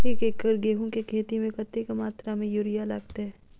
एक एकड़ गेंहूँ केँ खेती मे कतेक मात्रा मे यूरिया लागतै?